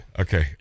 Okay